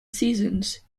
seasons